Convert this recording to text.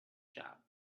shop